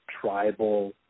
tribal